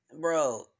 bro